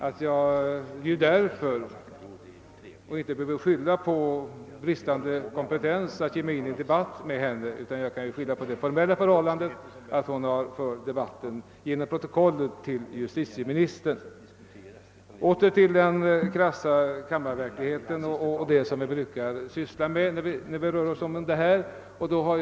Av den anledningen behöver jag inte skylla på bristande kompetens att ge mig in på en debatt med henne, utan kan hänvisa till formaliteten att hon via protokollet debatterat med justitieministern. Men åter till den krassa verkligheten och till det som vi brukar diskutera i samband med sådana här frågor.